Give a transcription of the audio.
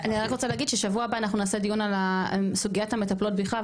אני רק רוצה להגיד ששבוע הבא אנחנו נעשה דיון על סוגיית המטפלות בכלל,